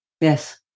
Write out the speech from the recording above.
Yes